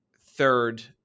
third